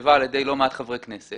שנכתבה על ידי לא מעט חברי כנסת,